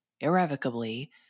irrevocably